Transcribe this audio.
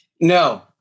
No